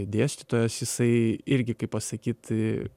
dėstytojas jisai irgi kaip pasakyt